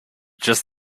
just